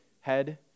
head